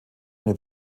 eine